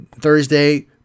Thursday